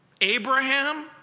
Abraham